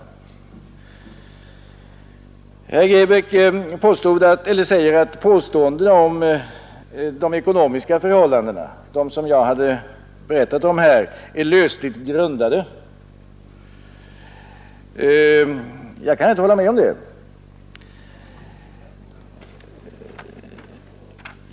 Herr Grebäck säger att påståendena om de ekonomiska förhållandena — som jag hade berättat om — är löst grundade. Jag kan inte hålla med om det.